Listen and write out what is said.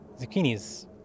zucchinis